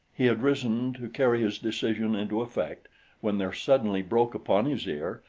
he had risen to carry his decision into effect when there suddenly broke upon his ear,